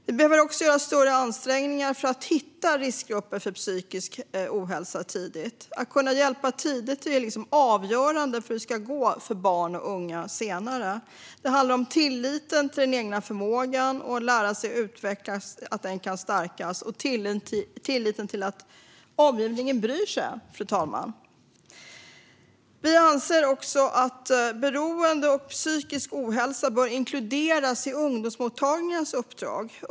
Vi behöver också göra större ansträngningar för att hitta riskgrupper för psykisk ohälsa tidigt. Att kunna hjälpa tidigt är ju avgörande för hur det ska gå för barn och unga. Det handlar om att tilliten till den egna förmågan att lära sig och utvecklas ska stärkas och tilliten till att omgivningen bryr sig. Vi anser också att beroende och psykisk ohälsa bör inkluderas i ungdomsmottagningarnas uppdrag.